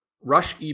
rush